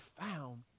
found